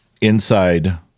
inside